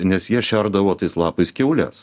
nes jie šerdavo tais lapais kiaules